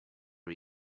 are